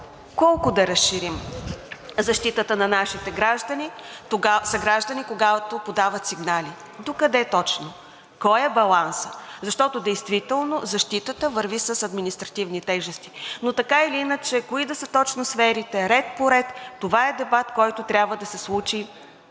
колко да разширим защитата на нашите съграждани, когато подават сигнали, докъде точно, кой е балансът? Защото действително защитата върви с административни тежести. Но така или иначе кои да са точно сферите – ред по ред, това е дебат, който трябва да се случи